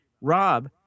Rob